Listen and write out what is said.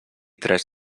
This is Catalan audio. tres